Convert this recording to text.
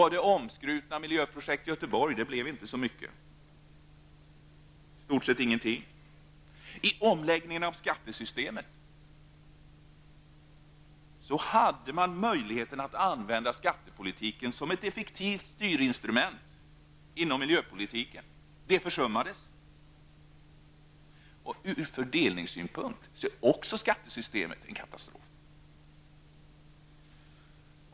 Av det omskrutna miljöprojekt Göteborg blev inte så mycket, i stort sett ingenting. I omläggningen av skattesystemet hade man möjligheten att använda skattepolitiken som ett effektivt styrinstrument inom miljöpolitiken. Det försummades. Också ur fördelningssynpunkt är skattesystemet en katastrof.